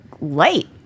light